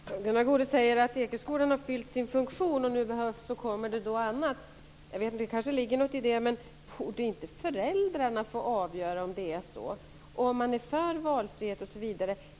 Herr talman! Gunnar Goude säger att Ekeskolan har fyllt sin funktion och att det nu kommer annat. Det kanske ligger något i det. Men borde inte föräldrarna få avgöra om det är så, om de är för valfrihet osv.?